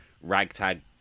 ragtag